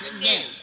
again